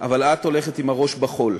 אבל את הולכת עם הראש בחול.